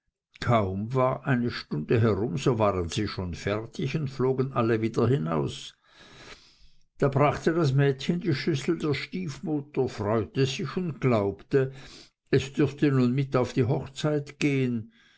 kaum war eine stunde herum so waren sie schon fertig und flogen alle wieder hinaus da brachte das mädchen die schüssel der stiefmutter freute sich und glaubte es dürfte nun mit auf die hochzeit gehen